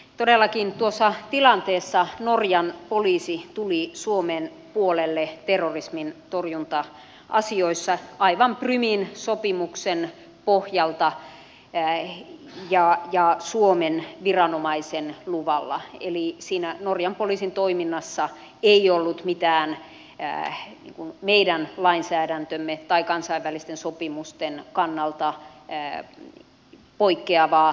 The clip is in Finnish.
todellakin tuossa tilanteessa norjan poliisi tuli suomen puolelle terrorismintorjunta asioissa aivan prumin sopimuksen pohjalta ja suomen viranomaisen luvalla eli siinä norjan poliisin toiminnassa ei ollut mitään meidän lainsäädäntömme tai kansainvälisten sopimusten kannalta poikkeavaa